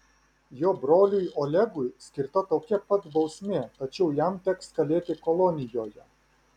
jo broliui olegui skirta tokia pat bausmė tačiau jam teks kalėti kolonijoje